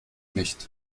nicht